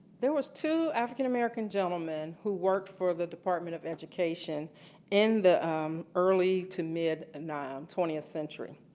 there were two african-americans um um and who worked for the department of education in the early to mid and um twentieth century.